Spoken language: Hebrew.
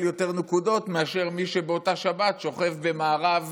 יותר נקודות מאשר מי שבאותה השבת שוכב במארב